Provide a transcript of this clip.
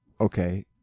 okay